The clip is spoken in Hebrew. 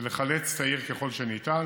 זה לחלץ את כעיר ככל שניתן